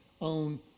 own